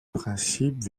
principe